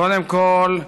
קודם כול,